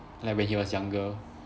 like when he was younger